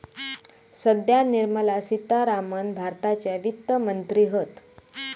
सध्या निर्मला सीतारामण भारताच्या वित्त मंत्री हत